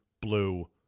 blue